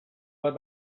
bat